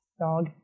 Dog